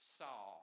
saw